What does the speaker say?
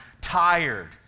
tired